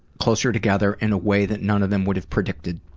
closer together, in a way that none of them would have predicted.